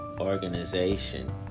organization